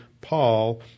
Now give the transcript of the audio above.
Paul